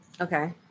Okay